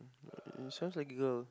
mm it sounds like a girl